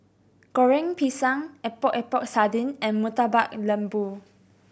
Goreng Pisang Epok Epok Sardin and Murtabak Lembu